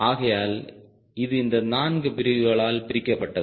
ஆகையால் இது இந்த நான்கு பிரிவுகளால் பிரிக்கப்பட்டது